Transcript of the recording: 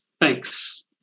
Thanks